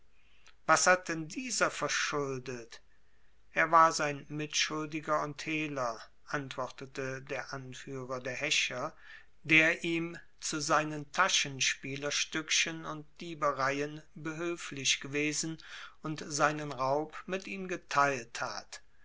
was hat denn dieser verschuldet er war sein mitschuldiger und hehler antwortete der anführer der häscher der ihm zu seinen taschenspielerstückchen und diebereien behülflich gewesen und seinen raub mit ihm geteilt hat